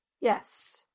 Yes